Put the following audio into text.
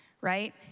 right